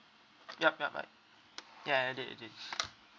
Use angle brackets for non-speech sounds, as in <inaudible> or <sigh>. yup yup I ya ya I did I did <noise>